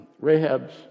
Rahab's